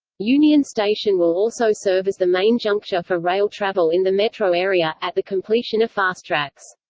union station will also serve as the main juncture for rail travel in the metro area, at the completion of fastracks.